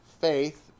faith